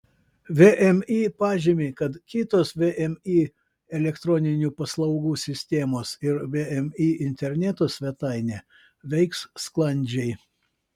vmi pažymi kad kitos vmi elektroninių paslaugų sistemos ir vmi interneto svetainė veiks sklandžiai